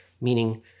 meaning